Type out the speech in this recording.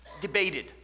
debated